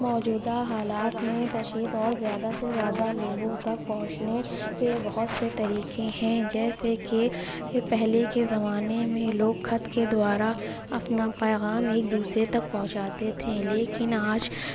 موجودہ حالات میں تشہیر اور زیادہ سے زیادہ لوگوں تک پہنچنے کے بہت سے طریقے ہیں جیسے کہ پہلے کے زمانے میں لوگ خط کے دوارا اپنا پیغام ایک دوسرے تک پہنچاتے تھے لیکن آج